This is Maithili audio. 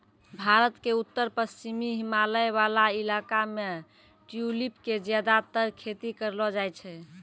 भारत के उत्तर पश्चिमी हिमालय वाला इलाका मॅ ट्यूलिप के ज्यादातर खेती करलो जाय छै